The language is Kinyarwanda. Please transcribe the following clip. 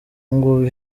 ngubu